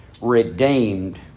Redeemed